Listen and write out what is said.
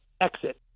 exit